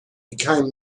became